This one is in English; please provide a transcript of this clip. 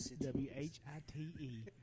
W-H-I-T-E